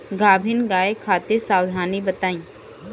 गाभिन गाय खातिर सावधानी बताई?